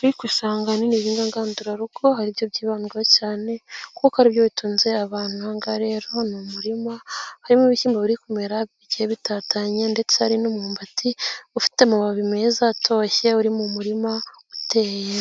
ariko usanga ahanini ibihingwa ngandurarugo aribyo byibandwaho cyane kuko aribyo bitunze abantu. Ahangaha rero ni umurima harimo ibishyimbo biri kumera bike bitatanye ndetse hari n'imwumbati ufite amababi meza atoshye uri mu murima uteye.